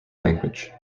language